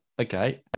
Okay